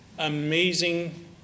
amazing